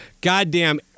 Goddamn